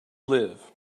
live